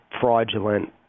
fraudulent